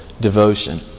devotion